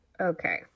Okay